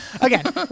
again